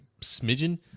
smidgen